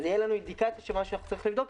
אז תהיה לנו אינדיקציה שצריך לבדוק.